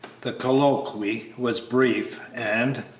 the colloquy was brief, and,